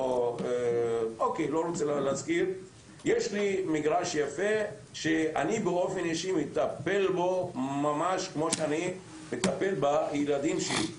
יש לי מגרש יפה שאני באופן אישי מטפל בו ממש כמו שאני מטפל בילדים שלי.